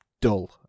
dull